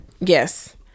yes